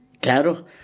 Claro